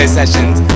sessions